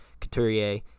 Couturier